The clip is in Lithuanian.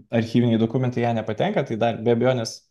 archyviniai dokumentai į ją nepatenka tai dar be abejonės